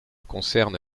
concerne